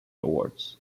awards